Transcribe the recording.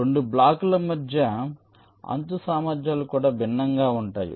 2 బ్లాకుల మధ్య అంచు సామర్థ్యాలు కూడా భిన్నంగా ఉంటాయి